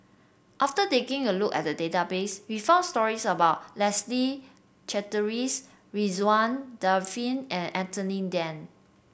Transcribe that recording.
after taking a look at the database we found stories about Leslie Charteris Ridzwan Dzafir and Anthony Then